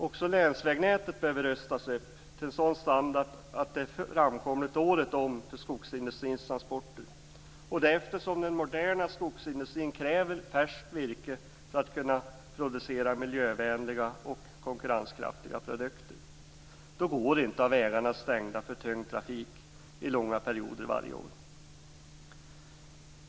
Också länsvägnätet behöver rustas upp till en sådan standard att det är framkomligt året om för skogsindustrins transporter eftersom den moderna skogsindustrin kräver färskt virke för att kunna producera miljövänliga och konkurrenskraftiga produkter. Det går inte att ha vägarna stängda för tung trafik under långa perioder varje år.